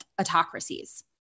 autocracies